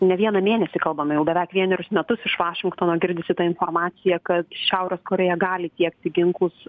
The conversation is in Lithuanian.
ne vieną mėnesį kalbame jau beveik vienerius metus iš vašingtono girdisi ta informacija ka šiaurės korėja gali tiekti ginklus